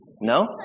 No